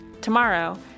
tomorrow